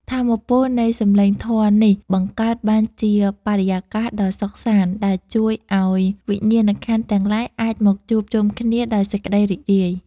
ថាមពលនៃសម្លេងធម៌នេះបង្កើតបានជាបរិយាកាសដ៏សុខសាន្ត ដែលជួយឱ្យវិញ្ញាណក្ខន្ធទាំងឡាយអាចមកជួបជុំគ្នាដោយសេចក្ដីរីករាយ។